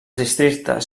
districtes